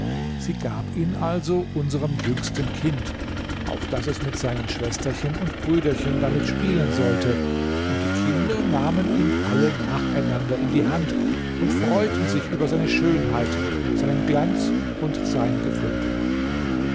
sie gab ihn also unserm jüngsten kind auf daß es mit seinen schwesterchen und brüderchen damit spielen sollte und die kinder nahmen ihn alle nacheinander in die hand und freuten sich über seine schönheit seinen glanz und sein gefunkel